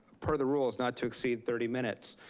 per the rules, not to exceed thirty minutes.